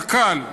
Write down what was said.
קק"ל.